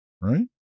right